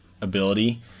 ability